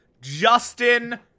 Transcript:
Justin